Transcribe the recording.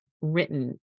written